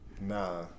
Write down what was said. Nah